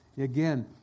Again